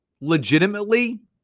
legitimately